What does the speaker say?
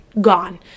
gone